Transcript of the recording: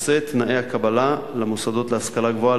נושא תנאי הקבלה למוסדות להשכלה גבוהה,